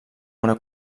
una